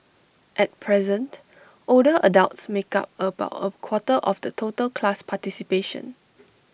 at present older adults make up about A quarter of the total class participation